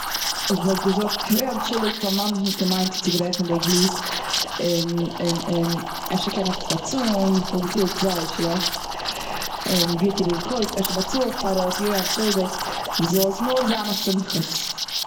איך וואלט געזאגט אוי אנטשולדיגט. כ'האב ממש נישט געמיינט צו צוברעכן די גלאז. און אפשר קען איך עס באצאלן, כ'וואלט געפילט זייער שלעכט. און ווי האט איר עס געקויפט? אפשר באצאל איך פאר עס. יו אנטשולדיגט. זאל עס נאר זיין אויף שמחת.